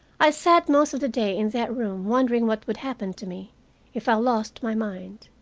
i sat most of the day in that room, wondering what would happen to me if i lost my mind.